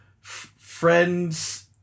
friends